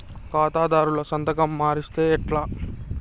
ఖాతాదారుల సంతకం మరిస్తే ఎట్లా?